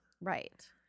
right